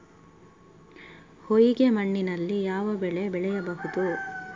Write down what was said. ಹೊಯ್ಗೆ ಮಣ್ಣಿನಲ್ಲಿ ಯಾವ ಬೆಳೆ ಬೆಳೆಯಬಹುದು?